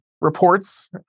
reports